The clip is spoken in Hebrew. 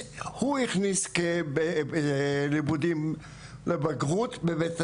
הוא הכניס לימודים לבגרות בבית הספר,